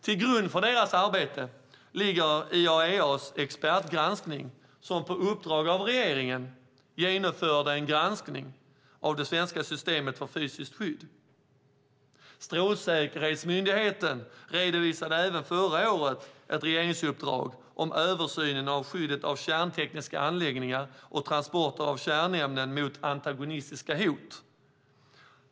Till grund för deras arbete ligger IAEA:s expertgranskning, som på uppdrag av regeringen genomförde en granskning av det svenska systemet för fysiskt skydd. Strålsäkerhetsmyndigheten redovisade även förra året ett regeringsuppdrag om översyn av skyddet av kärntekniska anläggningar och transporter av kärnämnen mot antagonistiska hot.